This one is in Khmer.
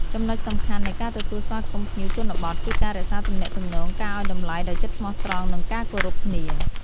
ចំណុចសំខាន់នៃការទទួលស្វាគមន៍ភ្ញៀវជនបទគឺការរក្សាទំនាក់ទំនង ការអោយតម្លៃដោយចិត្តស្មោះត្រង់ និងការគោរពគ្នា។